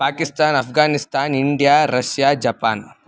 Pakistan Afghanistan India Russia Japan